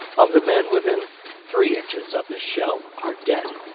of the men within three inches of this shell are dead,